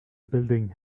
building